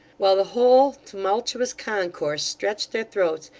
while the whole tumultuous concourse stretched their throats,